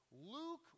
Luke